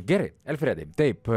gerai alfredai taip